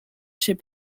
chez